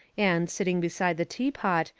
and, sitting beside the teapot,